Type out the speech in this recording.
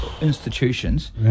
institutions